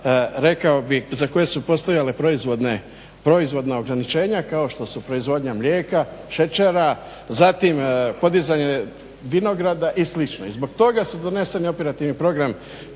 za koje su postojale proizvodna ograničenja kao što su proizvodnja mlijeka, šećera, zatim podizanje vinograda i slično. I zbog toga su doneseni operativni program